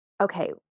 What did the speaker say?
okay